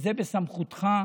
וזה בסמכותך.